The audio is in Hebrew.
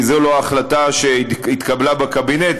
כי זו לא ההחלטה שהתקבלה בקבינט,